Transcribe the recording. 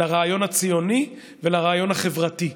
לרעיון הציוני ולרעיון החברתי.